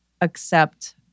accept